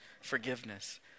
forgiveness